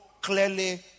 clearly